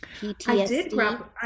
PTSD